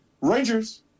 Rangers